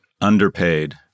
underpaid